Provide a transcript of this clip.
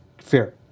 Fair